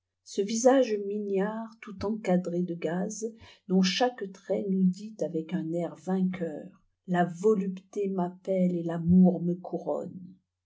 ce visage mignard tout encadré de gaze dont chaque trait nous dit avec un air vainqueur la volupté m'appelle et l'amour me couronne